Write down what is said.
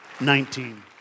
Nineteen